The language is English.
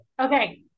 Okay